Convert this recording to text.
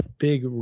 big